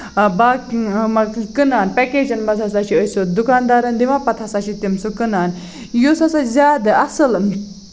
باقٕے کٕنان پیکیجن منٛز ہسا چھِ أسۍ سُہ دُکاندارَن دِوان پَتہٕ ہسا چھِ تِم سُہ کٕنان یُس ہسا زیادٕ اَصٕل